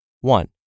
One